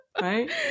right